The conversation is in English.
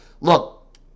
Look